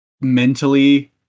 mentally